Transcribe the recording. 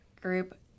group